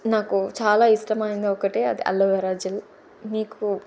నాకు చాలా ఇష్టమైంది ఒకటే అది అలోవెరా జెల్ మీకు